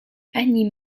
anime